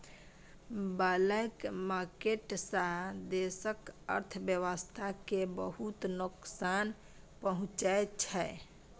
black market सँ देशक अर्थव्यवस्था केँ बहुत नोकसान पहुँचै छै